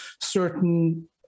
certain